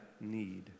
need